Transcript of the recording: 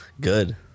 Good